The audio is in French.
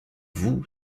vous